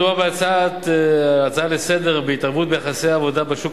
בהצעה מדובר על התערבות ביחסי העבודה בשוק